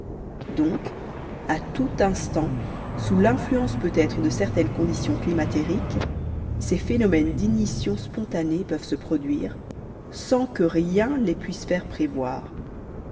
donc à tout instant sous l'influence peut-être de certaines conditions climatériques ces phénomènes d'ignition spontanée peuvent se produire sans que rien les puisse faire prévoir